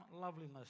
loveliness